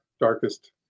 darkest